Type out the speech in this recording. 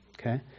Okay